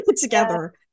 together